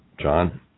John